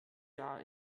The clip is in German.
jahr